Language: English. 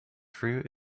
fruit